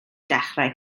dechrau